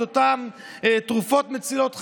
את אותן תרופות מצילות חיים.